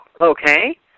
okay